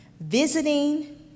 visiting